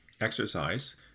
exercise